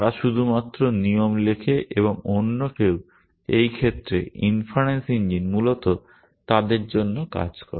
তারা শুধুমাত্র নিয়ম লেখে এবং অন্য কেউ এই ক্ষেত্রে ইনফারেন্স ইঞ্জিন মূলত তাদের জন্য কাজ করে